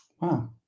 Wow